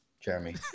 jeremy